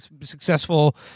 successful